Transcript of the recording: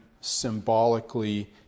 symbolically